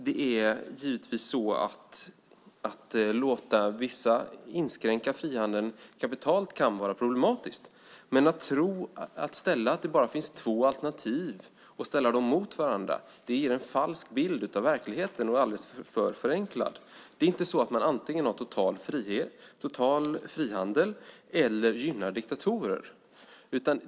Om man låter vissa inskränka frihandeln kapitalt kan det givetvis vara problematiskt. Men att tro att det bara finns två alternativ och ställa dem mot varandra ger en falsk bild av verkligheten som är alldeles för förenklad. Det är inte så att man antingen har total frihet och total frihandel eller att man gynnar diktatorer.